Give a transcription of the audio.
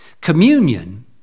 communion